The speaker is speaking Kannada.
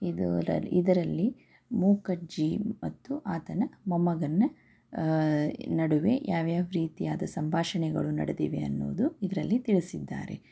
ಇದುರ ಇದರಲ್ಲಿ ಮೂಕಜ್ಜಿ ಮತ್ತು ಆತನ ಮೊಮ್ಮಗನ ನಡುವೆ ಯಾವ್ಯಾವ ರೀತಿಯಾದ ಸಂಭಾಷಣೆಗಳು ನಡೆದಿವೆ ಅನ್ನೋದು ಇದರಲ್ಲಿ ತಿಳಿಸಿದ್ದಾರೆ